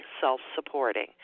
self-supporting